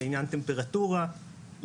לעניין טמפרטורה,